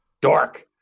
Dork